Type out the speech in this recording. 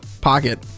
pocket